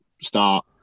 start